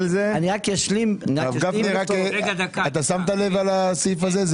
הרב גפני, אתה שמת לב לסעיף הזה?